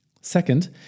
Second